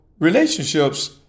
Relationships